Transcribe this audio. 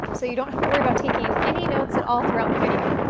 so you don't have to worry about taking any notes at all throughout the video.